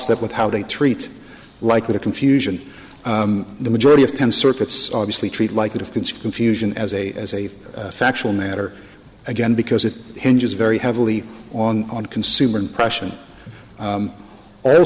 step with how they treat like the confusion the majority of ten circuits obviously treat like the defense confusion as a as a factual matter again because it hinges very heavily on the consumer impression